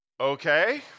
Okay